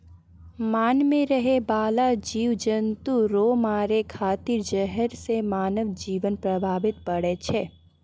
मान मे रहै बाला जिव जन्तु रो मारै खातिर जहर से मानव जिवन प्रभावित पड़ै छै